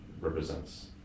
represents